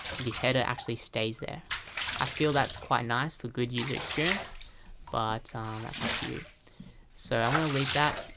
the header actually stays there i feel that's quite nice for good user experience but um that's up to you so i'm gonna leave that.